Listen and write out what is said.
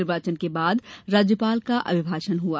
निर्वाचन के बाद राज्यपाल का अभिभाषण हुआ